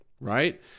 right